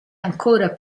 ancora